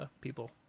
people